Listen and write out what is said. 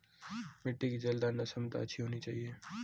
मिट्टी की जलधारण क्षमता अच्छी होनी चाहिए